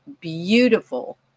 beautiful